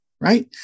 right